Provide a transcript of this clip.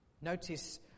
Notice